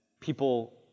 people